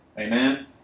Amen